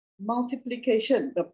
multiplication